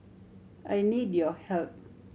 I need your help